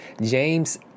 James